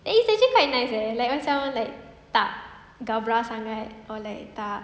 it's actually quite nice eh like macam like tak gabra sangat or like tak